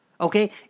okay